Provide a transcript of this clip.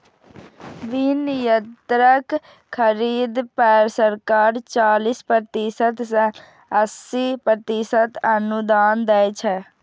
विभिन्न यंत्रक खरीद पर सरकार चालीस प्रतिशत सं अस्सी प्रतिशत अनुदान दै छै